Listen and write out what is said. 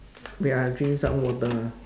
wait ah I drink some water ah